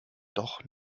doch